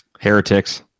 Heretics